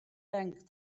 length